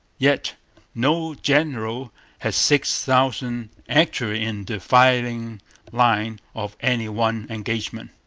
yet no general had six thousand actually in the firing line of any one engagement.